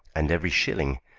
and every shilling,